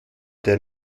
der